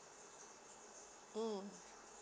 mm